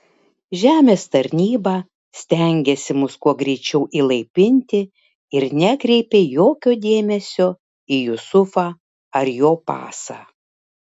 žemės tarnyba stengėsi mus kuo greičiau įlaipinti ir nekreipė jokio dėmesio į jusufą ar jo pasą